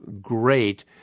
great